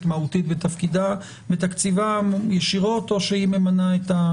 מהותית בתקציבם ישירות או שהיא ממנה.